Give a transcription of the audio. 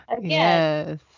Yes